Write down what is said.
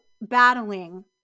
battling